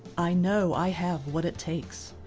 i know i have what it takes.